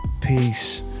peace